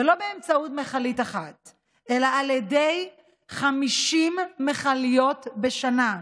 ולא באמצעות מכלית אחת אלא על ידי 50 מכליות בשנה.